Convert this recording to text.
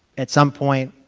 at some point